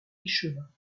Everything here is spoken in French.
échevins